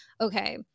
okay